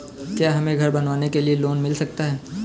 क्या हमें घर बनवाने के लिए लोन मिल सकता है?